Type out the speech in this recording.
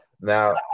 Now